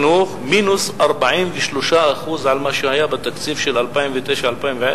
מינוס 43% על מה שהיה בתקציב של 2009 2010,